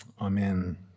Amen